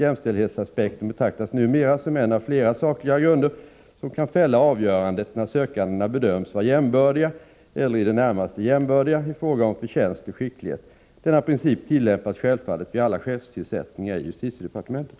Jämställdhetsaspekten betraktas numera som en av flera sakliga grunder som kan fälla avgörandet när sökandena bedöms vara jämbördiga eller i det närmaste jämbördiga i fråga om förtjänst och skicklighet. Denna princip tillämpas självfallet vid alla chefstillsättningar i justitiedepartementet.